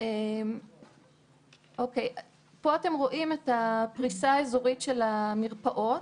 פה אתם רואים את הפריסה האזורית של המרפאות.